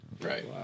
Right